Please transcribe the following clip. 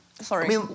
Sorry